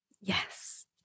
Yes